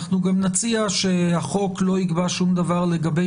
אנחנו גם נציע שהחוק לא יקבע שום דבר לגבי